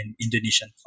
Indonesian